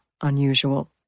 unusual